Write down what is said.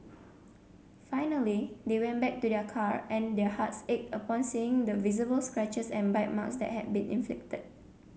finally they went back to their car and their hearts ached upon seeing the visible scratches and bite marks that had been inflicted